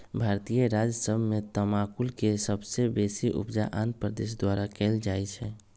भारतीय राज्य सभ में तमाकुल के सबसे बेशी उपजा आंध्र प्रदेश द्वारा कएल जाइ छइ